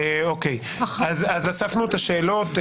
אספנו את השאלות.